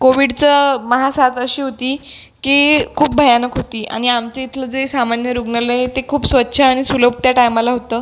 कोविडचं महासाथ अशी होती की खूप भयानक होती आणि आमच्या इथलं जे सामान्य रुग्णालय आहे ते खूप स्वच्छ आणि सुलभ त्या टायमाला होतं